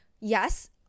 yes